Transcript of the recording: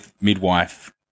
midwife